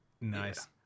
nice